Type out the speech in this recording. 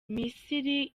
misiri